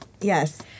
Yes